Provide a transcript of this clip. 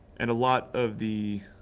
and a lot of the